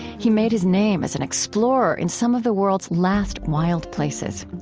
he made his name as an explorer in some of the world's last wild places.